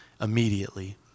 immediately